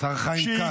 השר חיים כץ.